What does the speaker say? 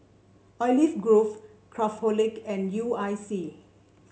Olive Grove Craftholic and U I C